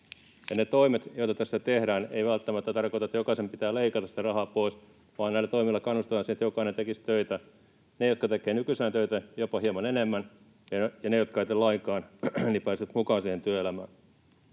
Ne toimet, joita tässä tehdään, eivät välttämättä tarkoita, että jokaiselta pitää leikata sitä rahaa pois, vaan näillä toimilla kannustetaan siihen, että jokainen tekisi töitä: ne, jotka tekevät nykyisellään töitä, tekisivät jopa hieman enemmän, ja ne, jotka eivät tee lainkaan, pääsisivät mukaan siihen työelämään.